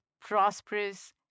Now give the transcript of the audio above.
prosperous